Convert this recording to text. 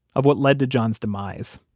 of what led to john's demise.